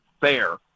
fair